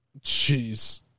Jeez